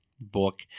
book